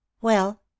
Well